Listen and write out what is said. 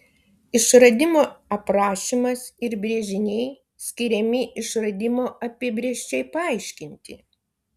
išradimo aprašymas ir brėžiniai skiriami išradimo apibrėžčiai paaiškinti